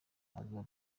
azaguma